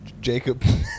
jacob